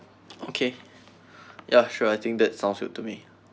okay ya sure I think that sounds good to me